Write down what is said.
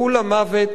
נרצחו,